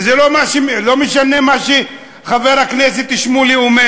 וזה לא משנה מה שחבר הכנסת שמולי אומר,